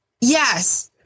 yes